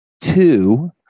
two